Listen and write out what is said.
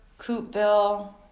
Coopville